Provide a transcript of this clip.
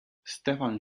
stefan